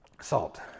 Salt